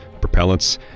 propellants